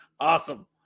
Awesome